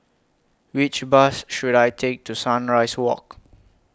Which Bus should I Take to Sunrise Walk